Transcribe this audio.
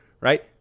right